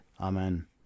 Amen